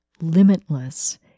limitless